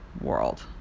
world